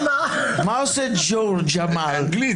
מהאנגלית.